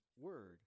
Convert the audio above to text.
word